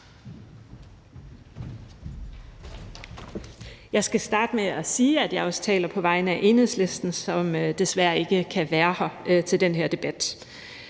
Jeg skal starte med at sige, at jeg også taler på vegne af Enhedslisten, som desværre ikke kan være her til den her debat.